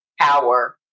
power